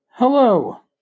Hello